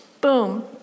boom